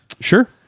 Sure